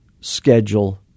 schedule